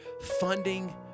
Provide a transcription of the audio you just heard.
funding